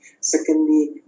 Secondly